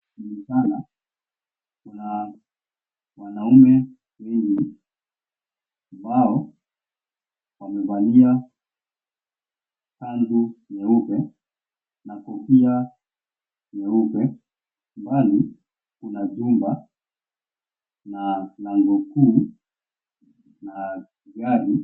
Kwenye sala kuna wanaume wengi ambao wamevalia kanzu nyeupe na kofia nyeupe. Mbali kuna jumba, na lango kuu, na gari.